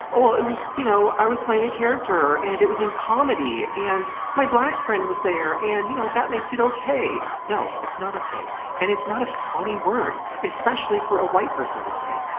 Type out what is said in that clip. oh, it was, you know, i was playing a character and it was in comedy and my black friend was there and, you know, that makes it okay no, it's not okay and it's not a funny word, especially for a white person to say.